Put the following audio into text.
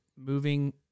moving